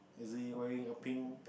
is he wearing a pink